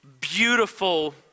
beautiful